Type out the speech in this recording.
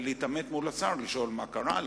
כדי להתעמת עם השר ולשאול מה קרה,